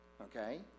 Okay